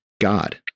God